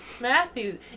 Matthew